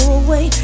away